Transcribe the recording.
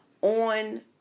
on